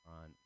on